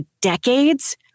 decades